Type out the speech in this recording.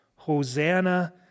Hosanna